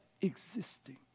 existing